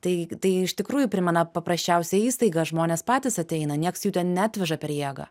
tai tai iš tikrųjų primena paprasčiausią įstaigą žmonės patys ateina nieks jų ten neatveža per jėgą